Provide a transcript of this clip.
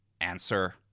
answer